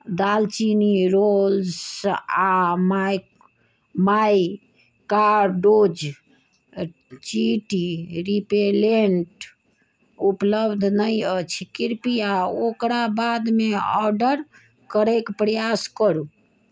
दालचीनी रोल्स आ माइ माइकाडोज चींटी रिपेलैंट उपलब्ध नहि अछि कृपया ओकरा बादमे ऑर्डर करैक प्रयास करु